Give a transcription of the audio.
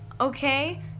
Okay